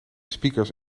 speakers